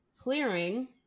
clearing